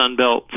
Sunbelt